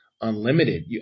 unlimited